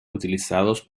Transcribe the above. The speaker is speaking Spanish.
utilizados